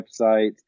website